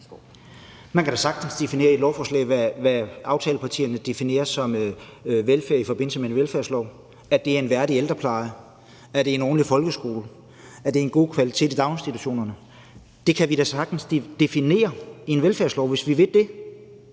Man kan da sagtens definere i et lovforslag til en velfærdslov, hvad aftalepartierne definerer som velfærd, altså at det er en værdig ældrepleje, at det er en ordentlig folkeskole, at det er en god kvalitet i daginstitutionerne. Det kan vi da sagtens definere i en velfærdslov, hvis vi vil det.